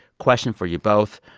question for you both.